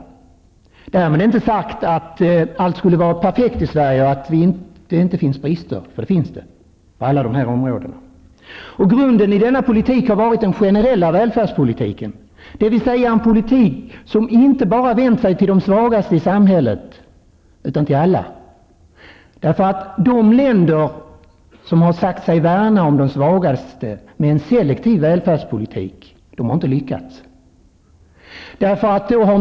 Därmed är det inte sagt att allt skulle vara perfekt i Sverige. Det finns brister på alla dessa områden. Grunden har varit den generella välfärdspolitiken, dvs. en politik som inte bara vänder sig till de svagaste i samhället utan till alla. De länder som har sagt sig värna om de svagaste och fört en selektiv välfärdspolitik har inte lyckats.